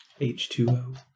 H2O